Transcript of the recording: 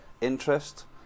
interest